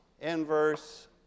inverse